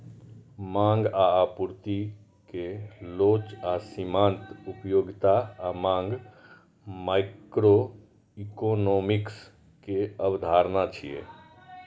मांग आ आपूर्ति के लोच आ सीमांत उपयोगिता आ मांग माइक्रोइकोनोमिक्स के अवधारणा छियै